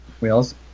Wheels